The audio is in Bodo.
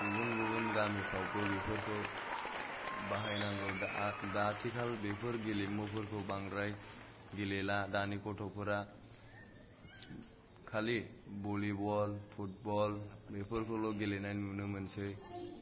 गुबुन गुबुन गामिफ्रावबो बेफोरखौ बाहायनांगौ दा आ दा आथिखाल बेफोर गेलेमुफोरखौ बांद्राय गेलेला दानि गथ'फोरा खालि भलिबल फुटबल बेफोरखौल' गेलेनाय नुनो मोनसै